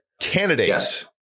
candidates